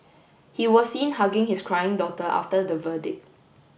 he was seen hugging his crying daughter after the verdict